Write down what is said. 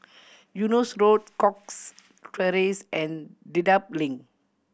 Eunos Road Cox Terrace and Dedap Link